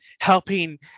helping